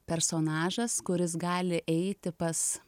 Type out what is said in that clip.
personažas kuris gali eiti pas